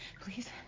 please